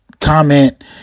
comment